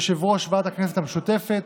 יושב-ראש ועדת הכנסת המשותפת,